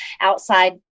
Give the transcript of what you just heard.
outside